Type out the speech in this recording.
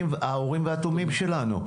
האורים ותומים שלנו.